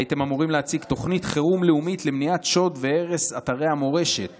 הייתם אמורים להציג תוכנית חירום לאומית למניעת שוד והרס אתרי המורשת